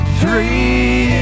three